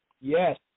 Yes